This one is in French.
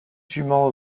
juments